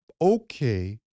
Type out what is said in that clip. okay